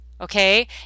Okay